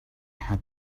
had